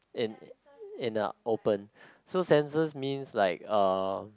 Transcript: in in the open so sensor means like uh